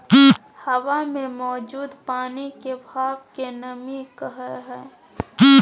हवा मे मौजूद पानी के भाप के नमी कहय हय